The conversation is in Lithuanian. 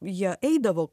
jie eidavo